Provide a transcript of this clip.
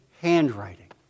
handwriting